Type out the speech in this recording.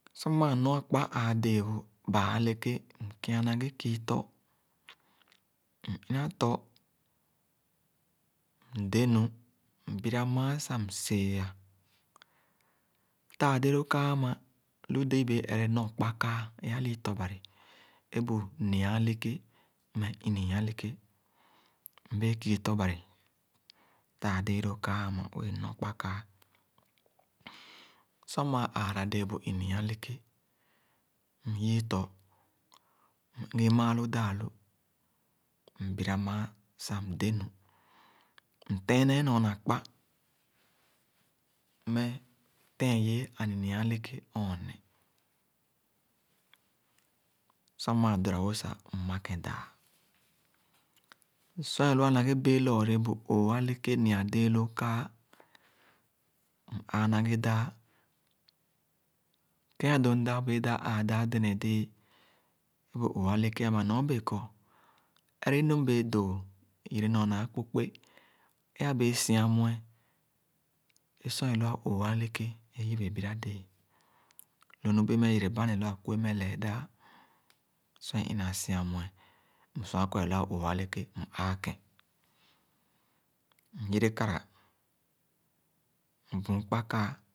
Sor maa nɔa kpa ãã dẽẽ é bu baa-eleke, mkia na ghe kii tɔ. M-ina tɔ, mde mu. Mbira na ghe mããn sah msee-a. Taa-déé kaa ãma, lu déé ibẽẽ ere nɔr kpa kaa é ilii tɔ- bari é bu nyi-a eleké mmeh ini-ii eleké. Mbee kii tɔ- bari taa-déé loo kaa wẽẽ nɔr kpa kaa Sor maa aara-dẽẽ bu ini-ii eleké, myii tɔ, m-igi maaló daa-lu, mbira mããn sah mde-nu. Mteenee nɔr na kpa mmeh, tẽen̄yẽẽ aninyia eleké ɔɔneh. Sor maa dora-wo sah, mmakẽn dãã. Sor é lua na ghe bẽẽ lɔɔcre bu ooh-eleké nyi-a déé loo kaa. m-aa na ghe dãã. Ke-adoo mda bẽẽ dáp aa daa dẽnẽ- déé bu ooh-eleké ãmã nyor ber kɔr ere inu mbere dõo é yere nyor na akpokpe e abẽẽ si- amue é sor é lua õõh- eleke dene bira-dẽẽ. Lonu bee meh yereba neh lo akué meh lee dãã. Sor é ina ãã si-amue, msua kɔr é lua õõh eleke, m-aa kẽn, myere kara, mbüün kpa kaa.